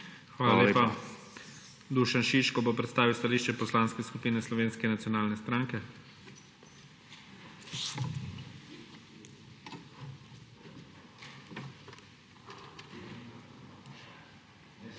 Hvala lepa. Dušan Šiško bo predstavil stališče Poslanske skupine Slovenske nacionalne stranke. **DUŠAN